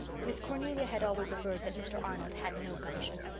miss cornelia had always averred that mr. arnold had no gumption.